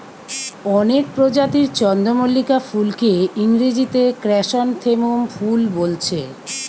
অনেক প্রজাতির চন্দ্রমল্লিকা ফুলকে ইংরেজিতে ক্র্যাসনথেমুম ফুল বোলছে